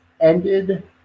ended